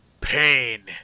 pain